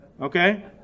Okay